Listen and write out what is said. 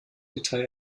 detail